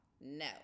No